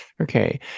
Okay